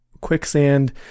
quicksand